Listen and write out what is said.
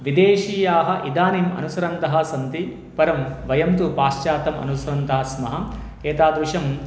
विदेशीयाः इदानीम् अनुसरन्तः सन्ति परं वयं तु पाश्चात्यान् अनुसरन्तः स्मः एतादृशम्